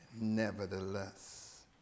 nevertheless